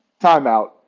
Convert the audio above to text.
Timeout